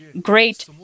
great